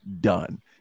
done